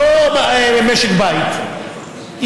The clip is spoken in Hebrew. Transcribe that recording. היא לא משק בית,